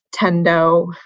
Tendo